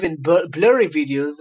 Even Blurry Videos,